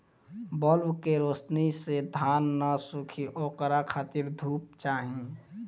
bulb के रौशनी से धान न सुखी ओकरा खातिर धूप चाही